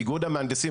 איגוד המהנדסים,